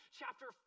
chapter